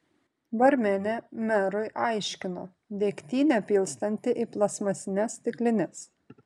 barmenė merui aiškino degtinę pilstanti į plastmasines stiklines